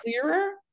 clearer